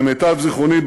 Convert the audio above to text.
למיטב זיכרוני,